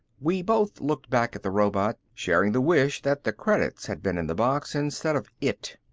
we both looked back at the robot, sharing the wish that the credits had been in the box instead of it.